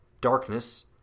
Darkness